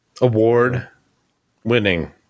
Award-winning